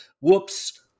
whoops